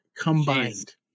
combined